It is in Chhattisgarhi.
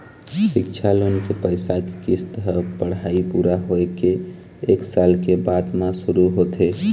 सिक्छा लोन के पइसा के किस्त ह पढ़ाई पूरा होए के एक साल के बाद म शुरू होथे